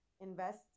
Invest